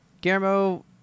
Guillermo